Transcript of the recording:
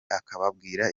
akababwira